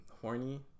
horny